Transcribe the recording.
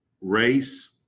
race